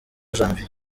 janvier